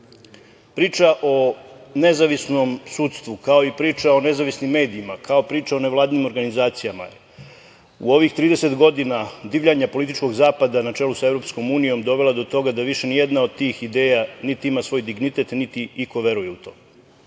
Priča o nezavisnom sudstvu, kao i priča o nezavisnim medijima, kao i priča o nevladinim organizacijama, u ovih 30 godina divljanje političkog zapada na čelu sa EU dovelo je do toga da više nijedna od tih ideja niti ima svoj dignitet, niti iko veruje u to.